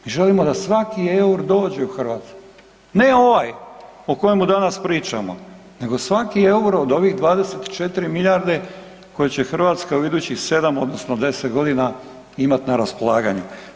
Mi želimo da svaki EUR dođe u Hrvatsku, ne ovaj o kojemu danas pričamo nego svaki EUR-o od ovih 24 milijarde koje će Hrvatska u idućih 7 odnosno 10.g. imat na raspolaganju.